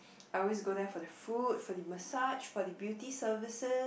I always go there for the food for the massage for the beauty services